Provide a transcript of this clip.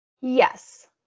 Yes